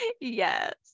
Yes